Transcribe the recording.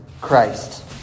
Christ